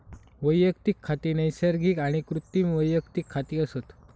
वैयक्तिक खाती नैसर्गिक आणि कृत्रिम वैयक्तिक खाती असत